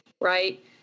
right